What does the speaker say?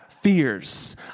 fears